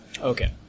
Okay